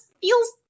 feels